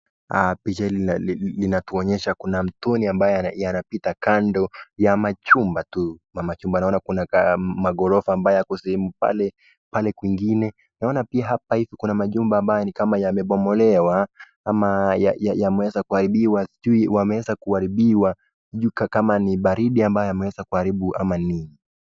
Picha hili linatuonyesha kuna mtuni ambaye yanapita kando ya majumba tu. Ma majumba naona kuna magorofa ambayo yako sehemu pale pale kwingine. Naona pia hapa hivi kuna majumba ambayo ni kama yamebomolewa ama yameweza kuharibiwa. Sijui yameweza kuharibiwa sijui kama ni baridi ambayo yameweza kuharibu ama ni nini.